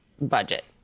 budget